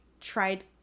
tried